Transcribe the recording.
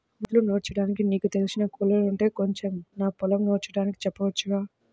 వడ్లు నూర్చడానికి నీకు తెలిసిన కూలోల్లుంటే కొంచెం నా పొలం నూర్చడానికి చెప్పొచ్చుగా